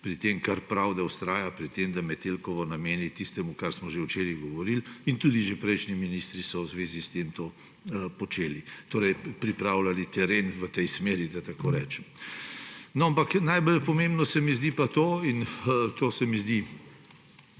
minister kar prav, da vztraja pri tem, da Metelkovo nameni tistemu, o čemer smo že včeraj govorili, in tudi že prejšnji ministri so v zvezi s tem to počeli, torej pripravljali teren v tej smeri, da tako rečem. Najbolj pomembno se mi zdi pa to, zdi se mi malo